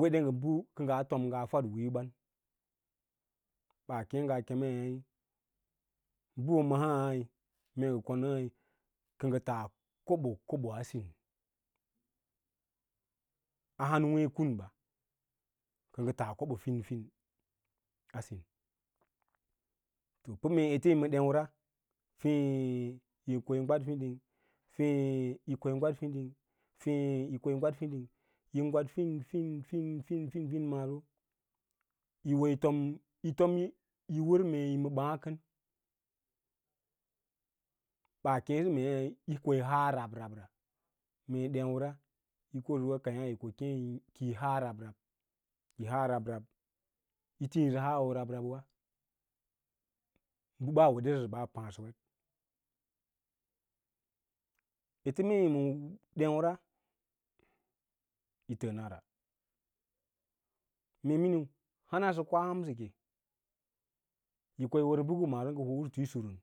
wede ngə bə kən aa tom ngaa fəd wííyo ɓan ɓaa keẽ ngə kemei ɓaɓa mai mee konə kə ngə taa kobo kobo a sím ahanweẽ kun ɓa kə ngə tas kobo fin fin a sin pə mee eteyi ɗẽura feẽ yu ko yi gwaɗ fiding fěě yi ko yigwad fiding, feẽ yi koyi gwaɗ fidin yin gwad finfinfin, finfinfin maaso yi wo yi fom uo om yi wər mee yi maa ɓaã kən ɓaa keẽ sə mei yi ko yi haa rab rab ra mee ɗéura yī kosə wai keẽyá yí kum kiyi haa rab wai keẽyá yi kem kiyi haa rab rab yi haa rab rab yi tíísə haawo rab rabwa bə ɓaa wedəsə ba aa pa’a’ suwet ete mee yi ma déura yi təə nara mee mīniu hanasə koa hamsə ke yí ko yi wər bəka maaso ngə hoo usuyi surun.